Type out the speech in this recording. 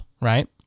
right